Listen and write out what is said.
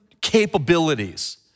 capabilities